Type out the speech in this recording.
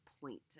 point